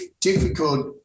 difficult